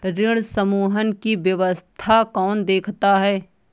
ऋण समूहन की व्यवस्था कौन देखता है?